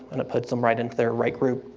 and it puts them right into their right group.